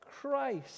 Christ